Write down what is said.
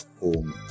home